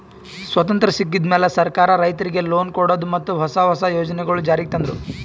ಸ್ವತಂತ್ರ್ ಸಿಕ್ಕಿದ್ ಮ್ಯಾಲ್ ಸರ್ಕಾರ್ ರೈತರಿಗ್ ಲೋನ್ ಕೊಡದು ಮತ್ತ್ ಹೊಸ ಹೊಸ ಯೋಜನೆಗೊಳು ಜಾರಿಗ್ ತಂದ್ರು